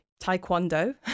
taekwondo